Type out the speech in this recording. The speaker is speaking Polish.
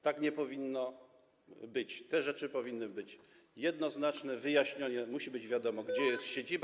Tak nie powinno być, te rzeczy powinny być jednoznaczne, wyjaśnione, musi być wiadomo, gdzie jest siedziba.